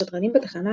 השדרנים בתחנה,